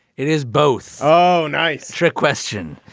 it is both. oh, nice. trick question.